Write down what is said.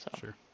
sure